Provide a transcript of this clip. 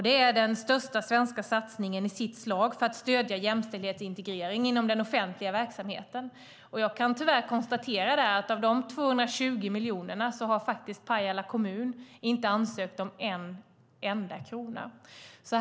Det är den största svenska satsningen i sitt slag för att stödja jämställdhet och integrering inom den offentliga verksamheten. Jag kan tyvärr konstatera att av de 220 miljonerna har Pajala kommun inte ansökt om en enda krona.